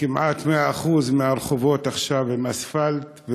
כמעט 100% מהרחובות עכשיו עם אספלט,